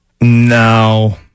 No